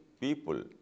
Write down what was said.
people